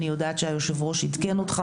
אני יודעת שהיושב-ראש עדכן אותך,